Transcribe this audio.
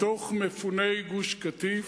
מתוך מפוני גוש-קטיף,